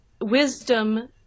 wisdom